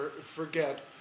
forget